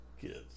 kids